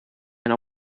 and